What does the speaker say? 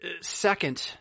Second